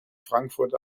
frankfurt